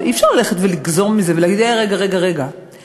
אי-אפשר לגזור מזה ולהגיד: רגע, רגע, רגע.